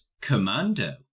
Commando